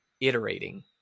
iterating